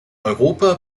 europa